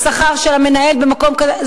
השכר של המנהל במקום כזה,